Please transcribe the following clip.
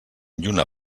lluna